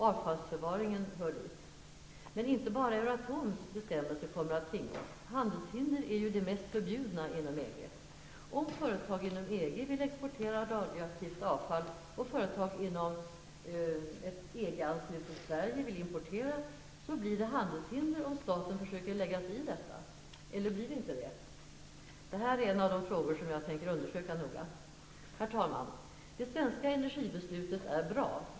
Avfallsförvaringen hör dit. Inte bara Euratoms bestämmelser kommer att tvinga oss. Handelshinder är ju det mest förbjudna inom EG. Om företag inom EG vill exportera radioaktivt avfall och företag inom ett EG-anslutet Sverige vill importera, blir det handelshinder om staten försöker lägga sig i detta. Eller blir det inte det? Det här är en av de frågor som jag tänker undersöka noga. Herr talman! De svenska energibeslutet är bra.